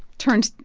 turned.